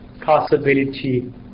possibility